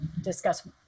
discuss